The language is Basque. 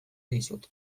dizut